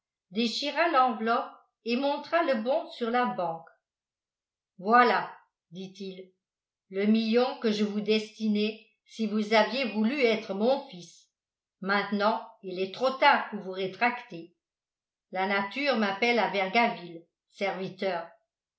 déchira l'enveloppe et montra le bon sur la banque voilà dit-il le million que je vous destinais si vous aviez voulu être mon fils maintenant il est trop tard pour vous rétracter la nature m'appelle à vergaville serviteur